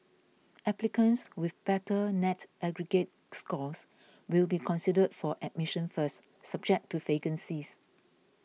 applicants with better net aggregate scores will be considered for admission first subject to vacancies